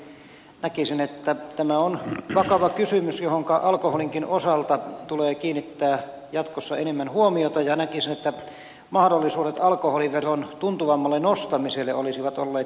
näkisin että tämä on vakava kysymys johonka alkoholinkin osalta tulee kiinnittää jatkossa enemmän huomiota ja näkisin että mahdollisuudet alkoholiveron tuntuvampaan nostamiseen olisivat olleet paikallaan